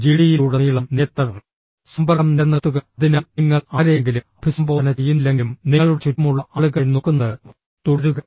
ജിഡിയിലുടനീളം നേത്ര സമ്പർക്കം നിലനിർത്തുക അതിനാൽ നിങ്ങൾ ആരെയെങ്കിലും അഭിസംബോധന ചെയ്യുന്നില്ലെങ്കിലും നിങ്ങളുടെ ചുറ്റുമുള്ള ആളുകളെ നോക്കുന്നത് തുടരുക